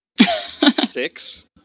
six